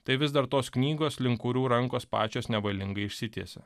tai vis dar tos knygos link kurių rankos pačios nevalingai išsitiesė